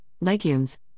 legumes